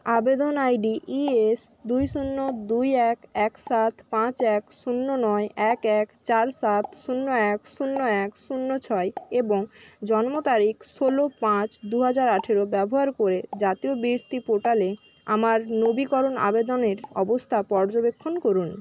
আবেদন ID ES দুই শূন্য দুই এক এক সাত পাঁচ এক শূন্য নয় এক এক চাল সাত শূন্য এক শূন্য এক শূন্য ছয় এবং জন্ম তারিখ ষোলো পাঁচ দু হাজার আঠেরো ব্যবহার করে জাতীয় বৃত্তি পোর্টালে আমার নবীকরণ আবেদনের অবস্থা পর্যবেক্ষণ করুন